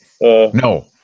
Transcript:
No